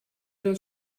das